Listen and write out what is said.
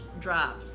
drops